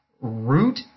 root